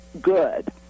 good